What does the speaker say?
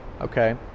okay